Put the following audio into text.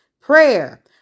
prayer